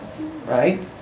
right